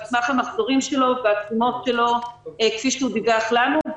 סמך המחזורים שלו והתשומות כפי שהוא דיווח לנו.